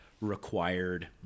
required